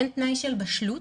אין תנאי של בשלות